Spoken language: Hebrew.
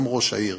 גם ראש העיר,